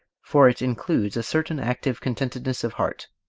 for it includes a certain active contentedness of heart.